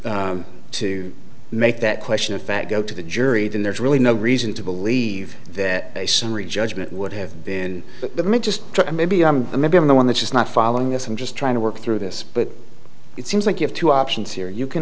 record to make that question of fact go to the jury then there's really no reason to believe that a summary judgment would have been me just try maybe i'm a member of the one that's just not following us i'm just trying to work through this but it seems like you have two options here you can